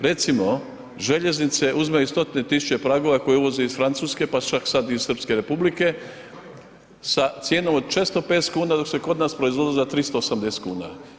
Recimo željeznice uzimaju stotine tisuća pragova koje uvoze iz Francuske, pa su čak sad i iz Srpske Republike, sa cijenom od 650 kuna dok se kod nas proizvodilo za 380 kuna.